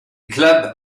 club